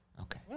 Okay